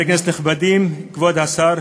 חברי כנסת נכבדים, כבוד השר,